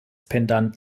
pendant